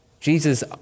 Jesus